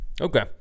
Okay